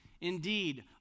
Indeed